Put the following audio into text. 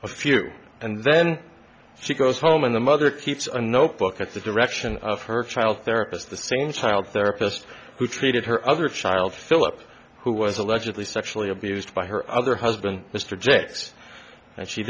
a few and then she goes home and the mother keeps a notebook at the direction of her child therapist the same child therapist who treated her other child philip who was allegedly sexually abused by her other husband mr jets and she